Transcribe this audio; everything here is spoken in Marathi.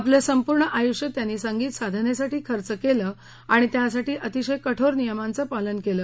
आपलं संपूर्ण आयुष्य त्यांनी संगीतसाधनेसाठी खर्च केलं आणि त्यासाठी अतिशय कठोर नियमांचं पालन केलं